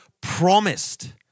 promised